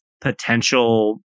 potential